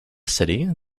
city